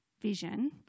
vision